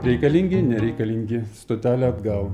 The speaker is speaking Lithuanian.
reikalingi nereikalingi stotelė atgal